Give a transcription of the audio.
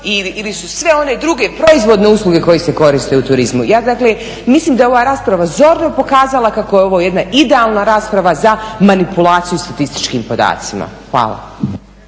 ili su sve one druge proizvodne usluge koje se koriste u turizmu. Ja dakle mislim da je ova rasprava zorno pokazala kako je ovo jedna idealna rasprava za manipulaciju statističkim podacima. Hvala.